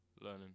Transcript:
learning